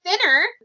thinner